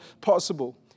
possible